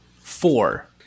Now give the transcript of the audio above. Four